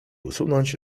usunąć